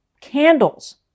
candles